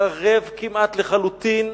חרבה כמעט לחלוטין,